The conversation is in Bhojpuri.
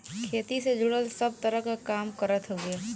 खेती से जुड़ल सब तरह क काम करत हउवे